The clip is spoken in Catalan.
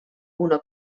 una